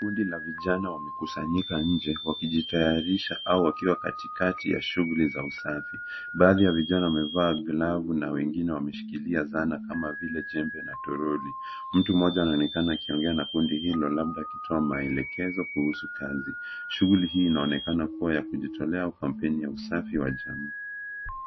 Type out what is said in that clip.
Kundi la vijana wamekusanyika nje wakijitayarisha au wakiwa katikati ya shughuli za usafi. Baadhi ya vijana wamevaa glavu na wengine wameshikilia zana kama vile jembe na toroli. Mtu mmoja anaonekana akiongea na kundi hilo, labda akitoa maelekezo kuhusu kazi. Shughuli hii inaonekana kuwa ya kujitolea au kampeni ya usafi wa jamii.